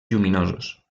lluminosos